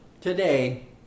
today